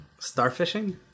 Starfishing